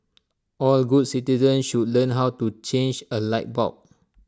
all good citizens should learn how to change A light bulb